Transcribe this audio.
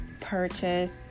purchase